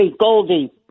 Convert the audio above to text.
Goldie